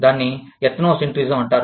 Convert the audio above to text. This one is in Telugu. దానిని ఎత్నోసెంట్రిజం అంటారు